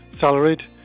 salaried